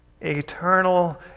Eternal